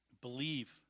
Believe